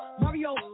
Mario